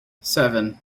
seven